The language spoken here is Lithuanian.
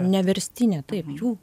neverstinė taip jų